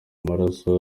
amaraso